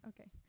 okay